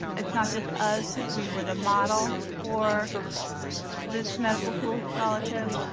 it's not just us. we were the model for this medical school scholarship.